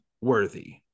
worthy